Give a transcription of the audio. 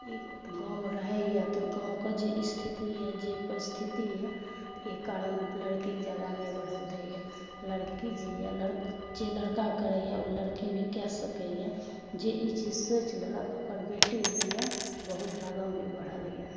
ई गाममे रहैए तऽ गाँवके जे स्थिति अइ जे परिस्थिति अइ ताहि कारण लड़कीके जे ज्यादा नहि बढ़ैलए दैए लड़की जे अइ जे लड़का करैए से लड़की भी कऽ सकैए जे ई चीज सोचि लेलक ओकर बेटी जे अइ बहुत आगाँ भी बढ़ल अइ